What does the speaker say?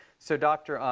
so dr.